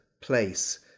place